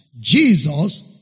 Jesus